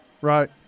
Right